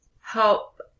help